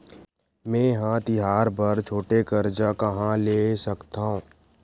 मेंहा तिहार बर छोटे कर्जा कहाँ ले सकथव?